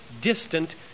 distant